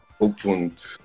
Opened